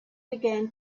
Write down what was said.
began